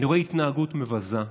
אני רואה התנהגות מבזה.